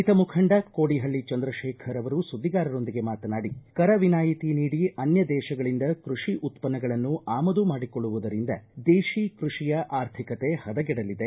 ರೈತ ಮುಖಂಡ ಕೋಡಿಹಳ್ಳ ಚಂದ್ರಶೇಖರ ಅವರು ಸುದ್ದಿಗಾರರೊಂದಿಗೆ ಮಾತನಾಡಿ ಕರ ವಿನಾಯಿತಿ ನೀಡಿ ಅನ್ಹ ದೇತಗಳಿಂದ ಕೃಷಿ ಉತ್ಪನ್ನಗಳನ್ನು ಆಮದು ಮಾಡಿಕೊಳ್ಳುವುದರಿಂದ ದೇಶಿ ಕೃಷಿಯ ಆರ್ಥಿಕತೆ ಹದಗೆಡಲಿದೆ